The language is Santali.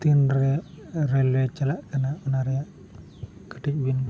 ᱛᱤᱱᱨᱮ ᱨᱮᱞᱳᱭᱮ ᱪᱟᱞᱟᱜ ᱠᱟᱱᱟ ᱚᱱᱟ ᱨᱮᱱᱟᱜ ᱠᱟᱹᱴᱤᱡ ᱵᱤᱱ